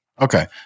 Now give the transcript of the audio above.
Okay